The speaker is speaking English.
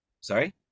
Sorry